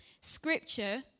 Scripture